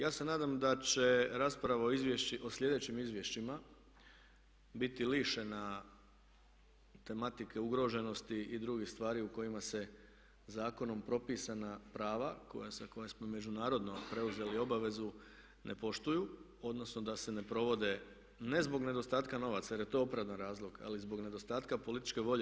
Ja se nadam da će rasprava o sljedećim izvješćima biti lišena tematike ugroženosti i drugih stvari u kojima se zakonom propisana prava za koje smo međunarodno preuzeli obavezu ne poštuju, odnosno da se ne provode ne zbog nedostatka novaca, jer je to opravdani razlog ali i zbog nedostatka političke volje.